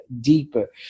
deeper